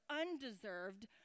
undeserved